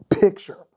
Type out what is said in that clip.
picture